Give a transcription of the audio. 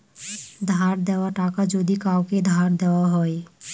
ধার দেওয়া টাকা যদি কাওকে ধার দেওয়া হয়